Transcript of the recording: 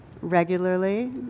regularly